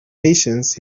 patience